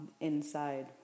inside